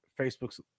Facebook's